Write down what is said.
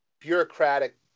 bureaucratic